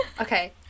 Okay